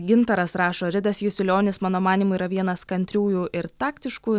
gintaras rašo ridas jasiulionis mano manymu yra vienas kantriųjų ir taktiškų